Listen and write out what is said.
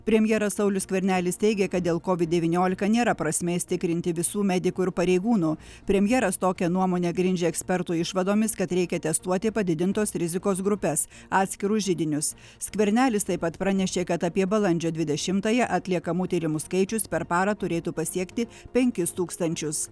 premjeras saulius skvernelis teigia kad dėl covid devyniolika nėra prasmės tikrinti visų medikų ir pareigūnų premjeras tokią nuomonę grindžia ekspertų išvadomis kad reikia testuoti padidintos rizikos grupes atskirus židinius skvernelis taip pat pranešė kad apie balandžio dvidešimtąją atliekamų tyrimų skaičius per parą turėtų pasiekti penkis tūkstančius